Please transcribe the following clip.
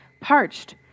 parched